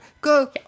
Go